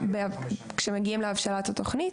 כשמגיעים להבשלת התוכנית,